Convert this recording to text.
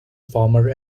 farmer